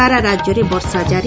ସାରା ରାକ୍ୟରେ ବର୍ଷା କାରି